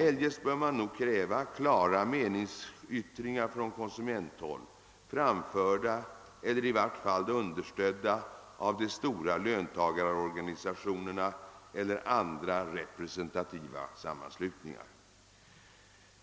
Eljest bör man nog kräva klara meningsyttringar från konsumenthåll, framförda eller i vart fall understödda av de stora löntagarorganisationerna eller andra representativa sammanslutningar.